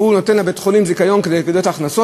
שהוא נותן לבית-חולים זיכיון כדי לקבל את ההכנסות,